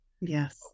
Yes